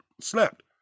snapped